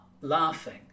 laughing